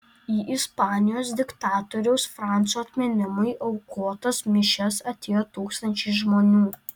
į ispanijos diktatoriaus franco atminimui aukotas mišias atėjo tūkstančiai žmonių